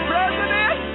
President